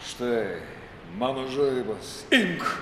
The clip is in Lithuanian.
štai mano žaibas imk